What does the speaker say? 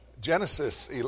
Genesis